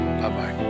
bye-bye